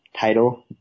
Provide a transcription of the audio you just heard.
title